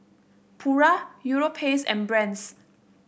Pura Europace and Brand's